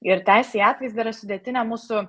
ir teisė į atvaizdą yra sudėtinė mūsų